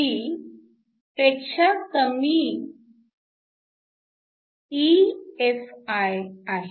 ही पेक्षा कमी EFiआहे